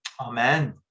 Amen